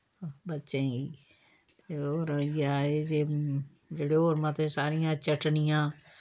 बच्चें गी होर होइया एह् जे जेह्ड़े होर मते सारियां चटनियां